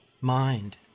mind